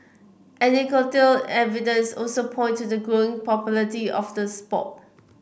anecdotal evidence also points to the growing popularity of the sport